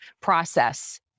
process